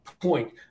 point